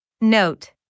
Note